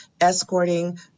escorting